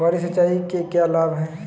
फुहारी सिंचाई के क्या लाभ हैं?